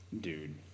dude